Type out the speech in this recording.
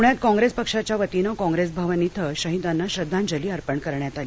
पुण्यात काँग्रेस पक्षाच्या वतीनं काँग्रेस भवन इथं शहीदांना श्रद्धांजली अर्पण करण्यात आली